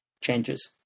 changes